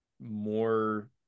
more